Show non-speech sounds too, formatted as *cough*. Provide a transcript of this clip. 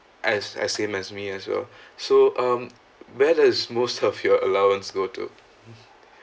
as as same as me as well *breath* so um whereas most of your allowance go to